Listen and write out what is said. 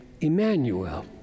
Emmanuel